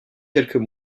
quelques